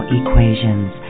equations